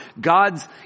God's